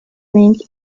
rank